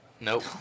Nope